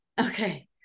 Okay